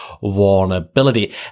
vulnerability